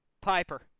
Piper